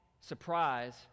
surprise